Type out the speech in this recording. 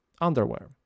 Underwear